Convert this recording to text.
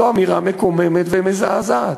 זו אמירה מקוממת ומזעזעת.